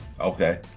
Okay